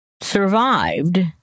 survived